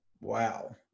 Wow